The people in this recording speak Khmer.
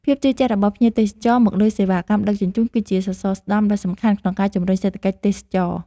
ភាពជឿជាក់របស់ភ្ញៀវទេសចរមកលើសេវាកម្មដឹកជញ្ជូន គឺជាសសរស្តម្ភដ៏សំខាន់ក្នុងការជំរុញសេដ្ឋកិច្ចទេសចរណ៍។